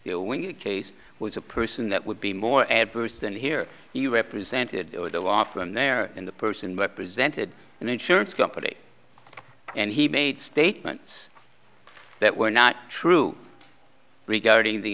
when you case was a person that would be more adverse than here you represented the law from there in the person represented an insurance company and he made statements that were not true regarding the